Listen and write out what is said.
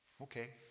okay